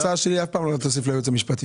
הצעה שלי, אף פעם אל תוסיף לייעוץ משפטי,